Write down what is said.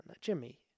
Jimmy